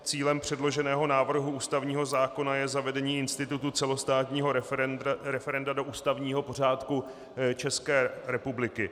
Cílem předloženého návrhu ústavního zákona je zavedení institutu celostátního referenda do ústavního pořádku České republiky.